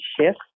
shift